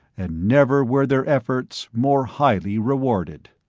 and never were their efforts more highly rewarded.